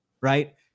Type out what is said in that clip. right